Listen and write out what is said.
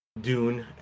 dune